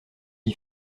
d’y